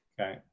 Okay